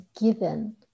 given